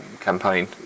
campaign